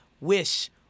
wish